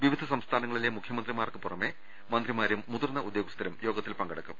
വിവിധ സംസ്ഥാനങ്ങളിലെ മുഖ്യമന്ത്രിമാർക്ക് പുറമെ മന്ത്രിമാരും മുതിർന്ന ഉദ്യോഗസ്ഥരും യോഗത്തിൽ പങ്കെടുക്കും